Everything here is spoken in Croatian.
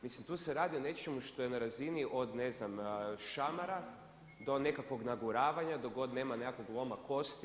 Mislim tu se radi o nečemu što je na razini od šamara do nekakvog naguravanja, dok god nema nekakvog loma kosti.